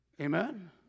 Amen